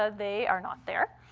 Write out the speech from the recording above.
ah they are not there.